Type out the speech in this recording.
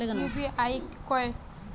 UPI कोई